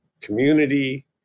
community